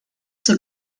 zur